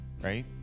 Right